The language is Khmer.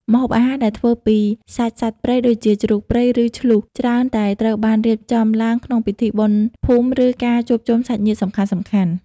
ម្ហូបអាហារដែលធ្វើពីសាច់សត្វព្រៃ ដូចជាជ្រូកព្រៃ ឬឈ្លូស ច្រើនតែត្រូវបានរៀបចំឡើងក្នុងពិធីបុណ្យភូមិ ឬការជួបជុំសាច់ញាតិសំខាន់ៗ។